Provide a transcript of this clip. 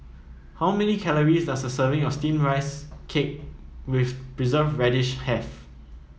how many calories does a serving of steamed Rice Cake with Preserved Radish have